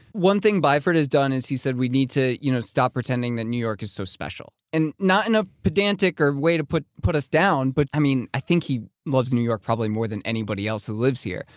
one thing byford has done is he said, we need to you know stop pretending that new york is so special. and not in a pedantic, or way to put put us down. but i mean, i think he loves new york probably more than anybody else who lives here.